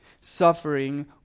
Suffering